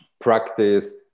practice